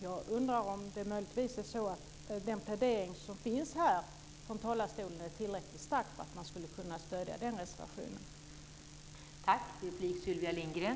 Jag undrar om den plädering som gjorts här från talarstolen är tillräckligt stark för att man ska kunna stödja reservationen.